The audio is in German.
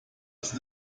ist